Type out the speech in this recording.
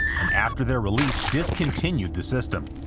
and after their release discontinued the system.